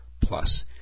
plus